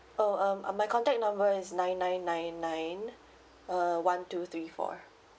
oh um uh my contact number is nine nine nine nine uh one two three four